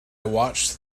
watched